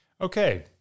Okay